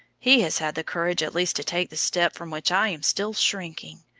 he has had the courage at last to take the step from which i am still shrinking.